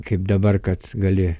kaip dabar kad gali